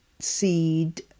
seed